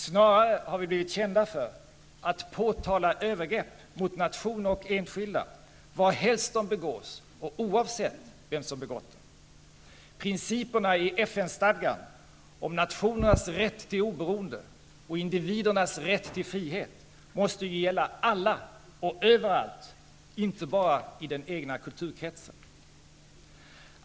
Snarare har vi blivit kända för att påtala övergrepp mot nationer och enskilda varhelst de begås, och oavsett vem som begått dem. Principerna i FN-stadgan om nationers rätt till oberoende och individernas rätt till frihet måste ju gälla alla och överallt, inte bara i den egna kulturkretsen.